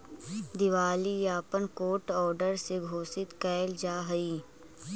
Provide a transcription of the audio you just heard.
दिवालियापन court order से घोषित कैल जा हई